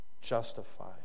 justified